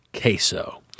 queso